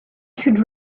should